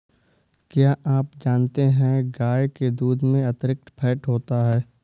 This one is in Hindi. क्या आप जानते है गाय के दूध में अतिरिक्त फैट होता है